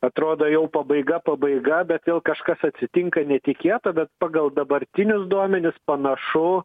atrodo jau pabaiga pabaiga bet vėl kažkas atsitinka netikėto bet pagal dabartinius duomenis panašu